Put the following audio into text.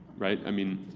right? i mean,